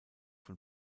von